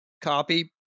copy